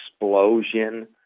explosion